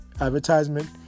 advertisement